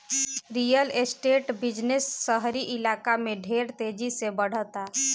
real estate business शहरी इलाका में ढेर तेजी से बढ़ता